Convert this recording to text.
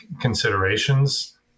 considerations